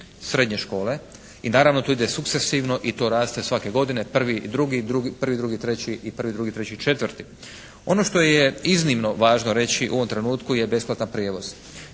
srednje škole. I naravno to ide sukcesivno i to raste svake godine, prvi i drugi, drugi, prvi, drugi, treći i prvi, drugi, treći i četvrti. Ono što je iznimno važno reći u ovom trenutku je besplatan prijevoz.